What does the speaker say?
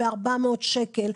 ב-400 שקל.